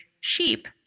sheep